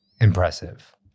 impressive